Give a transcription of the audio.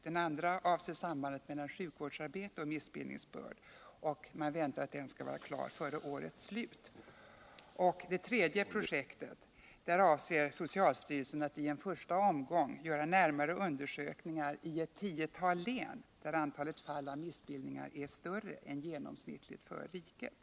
Den andra avser sambandet mellan sjuk vårdsarbete och missbildningsbörd, och den väntas vara klar före årets slut. Med det tredje projektet avser socialstyrelsen att i en första omgång göra en närmare undersökning i eu tiotal län, där antalet fall av missbildningar är större än genomsnittligt för riket.